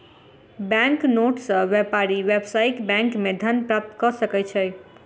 bank note सॅ व्यापारी व्यावसायिक बैंक मे धन प्राप्त कय सकै छै